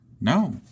No